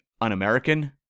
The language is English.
un-American